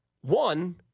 One –